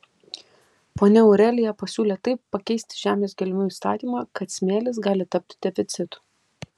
ponia aurelija pasiūlė taip pakeisti žemės gelmių įstatymą kad smėlis gali tapti deficitu